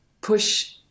push